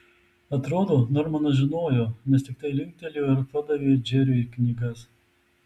atrodo normanas žinojo nes tiktai linktelėjo ir padavė džeriui knygas